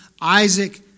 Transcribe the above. Isaac